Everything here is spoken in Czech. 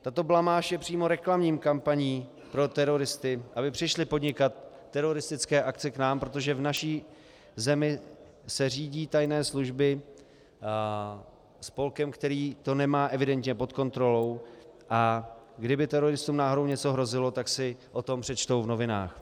Tato blamáž je přímo reklamní kampaní pro teroristy, aby přišli podnikat teroristické akce k nám, protože v naší zemi se řídí tajné služby spolkem, který to nemá evidentně pod kontrolou, a kdyby teroristům náhodou něco hrozilo, tak si o tom přečtou v novinách.